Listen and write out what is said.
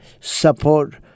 support